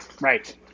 Right